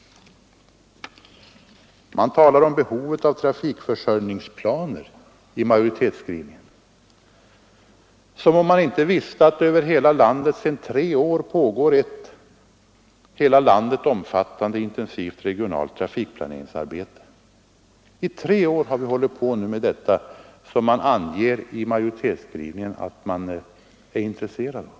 Man talar i majoritetsskrivningen om behovet av trafikförsörjningsplaner, som om man inte visste att det sedan tre år pågår ett hela landet omfattande intensivt regionalt trafikplaneringsarbete. I tre år har vi hållit på med det som man i majoritetsskrivningen säger sig vara intresserad av!